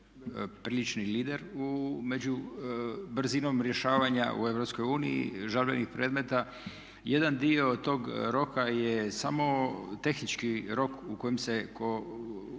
prilični lider među brzinom rješavanja u EU žalbenih predmeta. Jedan dio tog roka je samo tehnički rok u kojem se